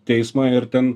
teismą ir ten